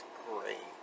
great